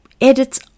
edits